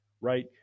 right